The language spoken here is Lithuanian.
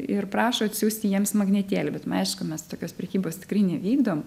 ir prašo atsiųsti jiems magnetėlį bet aišku mes tokios prekybos tikrai nevykdom